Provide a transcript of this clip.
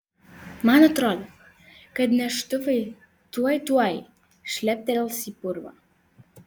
man atrodė kad neštuvai tuoj tuoj šleptels į purvą